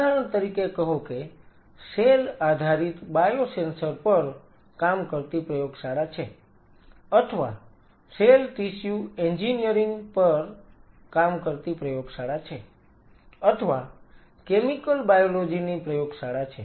ઉદાહરણ તરીકે કહો કે સેલ આધારિત બાયોસેન્સર પર કામ કરતી પ્રયોગશાળા છે અથવા સેલ ટિશ્યુ એન્જિનિયરિંગ પર કામ કરતી પ્રયોગશાળા છે અથવા કેમિકલ બાયોલોજી ની પ્રયોગશાળા છે